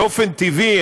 באופן טבעי,